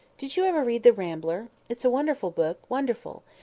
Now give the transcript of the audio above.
did you ever read the rambler? it's a wonderful book wonderful!